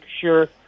Sure